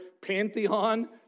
pantheon